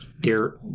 Dear